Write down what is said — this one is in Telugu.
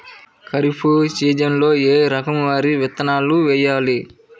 ఖరీఫ్ సీజన్లో ఏ రకం వరి విత్తనాలు వేయాలి?